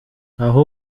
aho